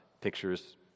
pictures